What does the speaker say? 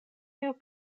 tiu